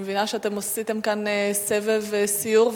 אני מבינה שעשיתם סבב סיור,